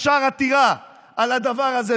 ישר עתירה על הדבר הזה,